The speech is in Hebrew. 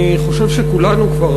אני חושב שכולנו כבר,